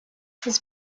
his